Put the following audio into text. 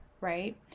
right